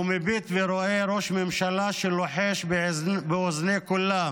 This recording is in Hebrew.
הוא מביט ורואה ראש ממשלה שלוחש לאוזני כולם